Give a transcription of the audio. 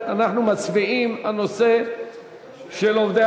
אנחנו מצביעים על העברת הנושא של עובדי